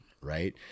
right